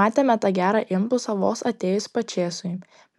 matėme tą gerą impulsą vos atėjus pačėsui